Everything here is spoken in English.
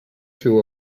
two